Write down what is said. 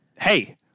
Hey